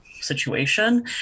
situation